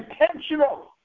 intentional